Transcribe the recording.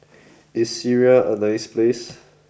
is Syria a nice place